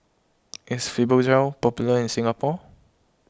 is Fibogel popular in Singapore